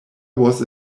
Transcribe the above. was